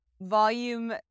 volume